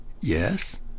Yes